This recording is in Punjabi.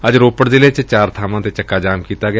ਅੱਜ ਰੋਪੜ ਜ਼ਿਲ੍ਹੇ ਚ ਚਾਰ ਬਾਵਾਂ ਤੇ ਚੱਕਾ ਜਾਮ ਕੀਤਾ ਗਿਆ